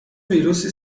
ویروسی